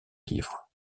livre